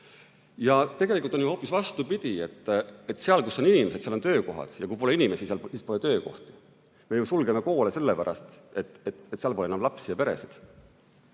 Tegelikult on ju hoopis vastupidi: seal, kus on inimesed, seal on töökohad, ja kui pole inimesi, siis pole töökohti. Me ju sulgeme koole sellepärast, et seal pole enam lapsi ja peresid.